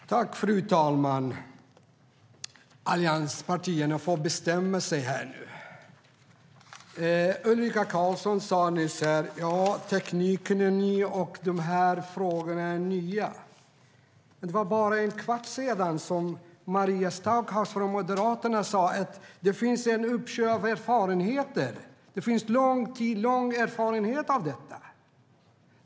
STYLEREF Kantrubrik \* MERGEFORMAT Möjligheter till fjärrundervisningFru talman! Allianspartierna får bestämma sig nu. Ulrika Carlsson sa nyss att tekniken och dessa frågor är nya. Men det var bara en kvart sedan Maria Stockhaus från Moderaterna sa att det finns en uppsjö av erfarenheter av detta sedan lång tid tillbaka.